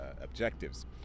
objectives